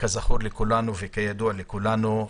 כזכור לכולנו וכידוע לכולנו,